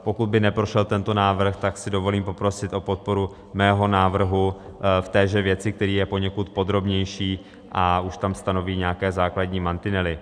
Pokud by neprošel tento návrh, tak si dovolím poprosit o podporu svého návrhu v téže věci, který je poněkud podrobnější a už tam stanoví nějaké základní mantinely.